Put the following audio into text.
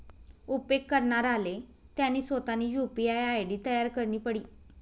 उपेग करणाराले त्यानी सोतानी यु.पी.आय आय.डी तयार करणी पडी